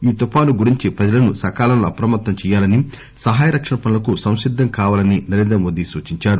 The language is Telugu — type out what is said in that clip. ఈ తుఫాను గురించి ప్రజలను సకాలంలో అప్రమత్తం చేయాలని సహాయ రక్షణ పనులకు సంసిద్దం కావాలని నరేంద్రమోదీ సూచించారు